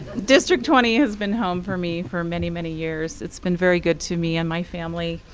district twenty has been home for me for many, many years. it's been very good to me and my family.